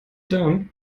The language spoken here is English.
done